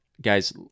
Guys